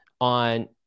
on